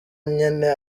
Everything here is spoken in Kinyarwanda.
nyene